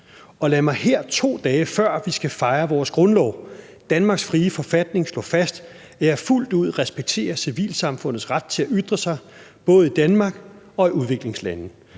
Og lad mig her, 2 dage før vi skal fejre vores grundlov, Danmarks frie forfatning, slå fast, at jeg fuldt ud respekterer civilsamfundets ret til at ytre sig, både i Danmark og i udviklingslandene.